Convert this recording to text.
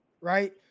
right